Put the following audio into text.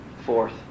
fourth